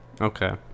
Okay